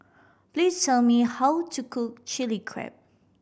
please tell me how to cook Chilli Crab